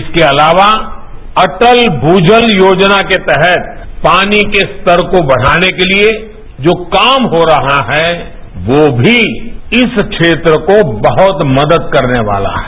इसके अलावा अटल भूजल योजना के तहत पानी के स्तर को बढ़ाने के लिए जो काम हो रहा है वो भी इस क्षेत्र को बहुत मदद करने वाला है